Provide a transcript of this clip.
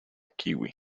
kiwi